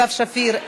שפיר,